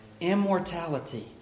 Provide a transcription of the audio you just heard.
immortality